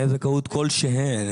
תנאי זכאות כלשהם,